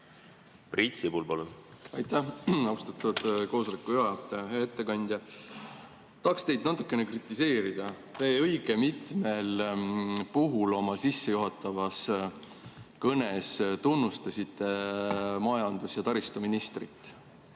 plaanib teha? Aitäh, austatud koosoleku juhataja! Hea ettekandja! Tahaksin teid natuke kritiseerida. Te õige mitmel puhul oma sissejuhatavas kõnes tunnustasite majandus- ja taristuministrit.